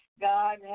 God